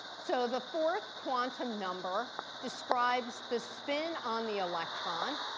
so the fourth quantum number describes the spin on the electron.